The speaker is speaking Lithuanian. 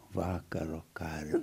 vakaro ką tik